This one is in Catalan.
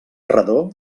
redó